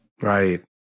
Right